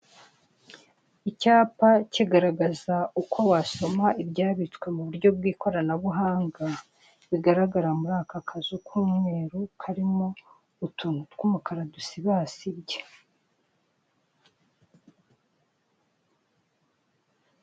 Icyapa kigaragaza uko wasoma ibyabitswe mu buryo bw'ikoranabuhanga, bigaragara muri aka kazu k'umweru karimo utuntu tw'umukara dusibasibye.